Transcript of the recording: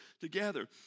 together